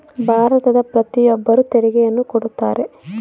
ಭಾರತದ ಪ್ರತಿಯೊಬ್ಬರು ತೆರಿಗೆಯನ್ನು ಕೊಡುತ್ತಾರೆ